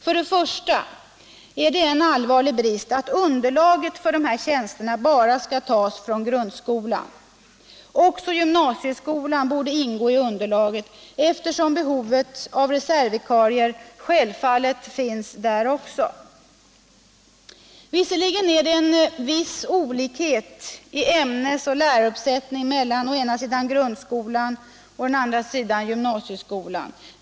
Först och främst är det en allvarlig brist att underlaget för dessa tjänster bara skall tas från grundskolan. Också gymnasieskolan borde ingå i underlaget, eftersom behovet av reservvikarier självfallet också finns där. Visserligen är det en viss olikhet i ämnes och läraruppsättningen mellan å ena sidan grundskolan och å andra sidan gymnasieskolan.